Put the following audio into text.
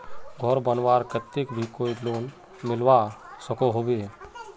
घोर बनवार केते भी कोई लोन मिलवा सकोहो होबे?